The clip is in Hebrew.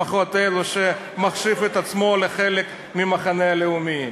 לפחות אלו שמחשיבים את עצמם לחלק מהמחנה הלאומי.